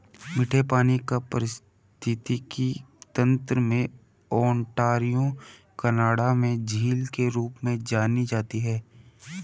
मीठे पानी का पारिस्थितिकी तंत्र में ओंटारियो कनाडा में झील के रूप में जानी जाती है